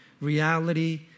reality